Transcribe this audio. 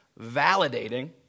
validating